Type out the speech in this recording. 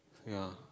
ya